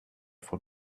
von